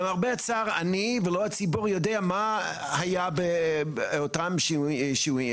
למרבה הצער אני ולא הציבור יודע מה היה באותם שימועים,